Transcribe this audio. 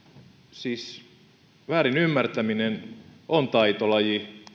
meri siis väärinymmärtäminen on taitolaji